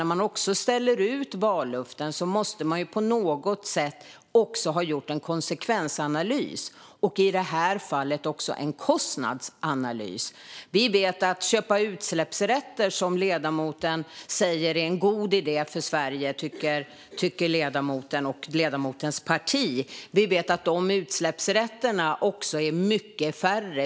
När man ställer ut vallöften måste man på något sätt ha gjort en konsekvensanalys - och i det här fallet också en kostnadsanalys. Ledamoten och hans parti säger att det vore en god idé för Sverige att köpa utsläppsrätter, men vi vet att utsläppsrätterna är mycket färre.